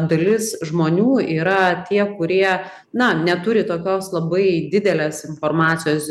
dalis žmonių yra tie kurie na neturi tokios labai didelės informacijos